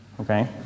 Okay